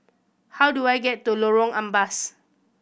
how do I get to Lorong Ampas